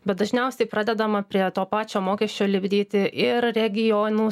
bet dažniausiai pradedama prie to pačio mokesčio lipdyti ir regionų